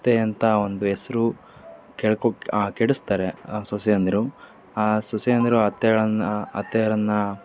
ಅತ್ತೆಯಂಥ ಒಂದು ಹೆಸ್ರು ಕೆಳ್ಕೋಕ್ ಕೆಡಿಸ್ತಾರೆ ಸೊಸೆಯಂದಿರು ಆ ಸೊಸೆಯಂದಿರು ಅತ್ತೆಗಳನ್ನು ಅತ್ತೆಯರನ್ನು